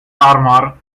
armour